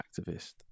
activist